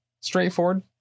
straightforward